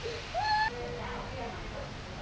that's what I try to say I mean you have to